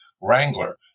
Wrangler